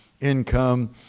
income